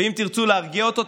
ואם תרצו להרגיע אותו,